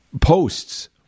posts